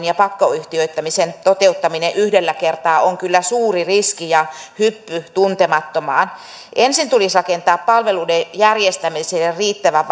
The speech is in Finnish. ja pakkoyhtiöittämisen toteuttaminen yhdellä kertaa on kyllä suuri riski ja hyppy tuntemattomaan ensin tulisi rakentaa palveluiden järjestämiselle riittävän